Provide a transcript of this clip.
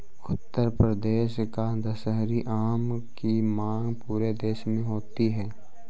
उत्तर प्रदेश का दशहरी आम की मांग पूरे देश में होती है